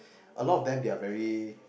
a lot of them they are very